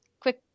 quick